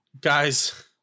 Guys